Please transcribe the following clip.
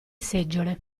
seggiole